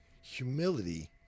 humility